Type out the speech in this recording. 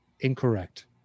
Incorrect